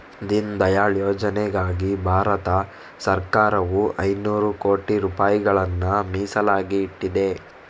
ದೀನ್ ದಯಾಳ್ ಯೋಜನೆಗಾಗಿ ಭಾರತ ಸರಕಾರವು ಐನೂರು ಕೋಟಿ ರೂಪಾಯಿಗಳನ್ನ ಮೀಸಲಾಗಿ ಇಟ್ಟಿದೆ